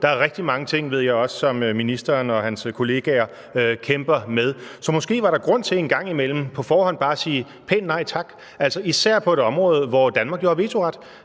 Der er rigtig mange ting, ved jeg, som ministeren og hans kollegaer kæmper med, så måske var der grund til en gang imellem på forhånd bare at sige pænt nej tak, og især på et område, hvor Danmark jo har vetoret.